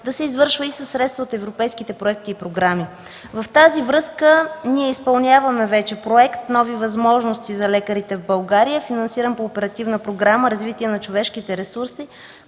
да се извършва и със средства от европейските проекти и програми. Във връзка с това ние изпълняваме вече Проект „Нови възможности за лекарите в България”, финансиран по Оперативна програма „Развитие на човешките ресурси”,